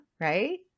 right